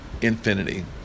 infinity